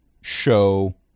show